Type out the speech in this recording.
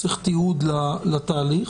צריך תיעוד לתהליך.